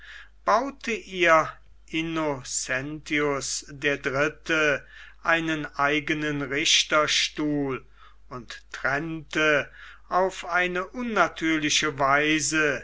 baute ihr innocentius der dritte einen eigenen richterstuhl und trennte auf eine unnatürliche weise